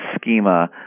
schema